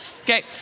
okay